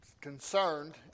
concerned